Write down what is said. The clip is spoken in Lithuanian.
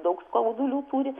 daug skaudulių turi